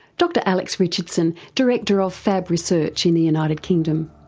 dr alex richardson, director of fab research in the united kingdom.